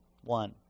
One